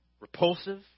Repulsive